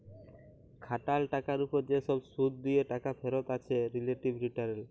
খাটাল টাকার উপর যে সব শুধ দিয়ে টাকা ফেরত আছে রিলেটিভ রিটারল